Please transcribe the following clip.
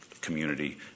community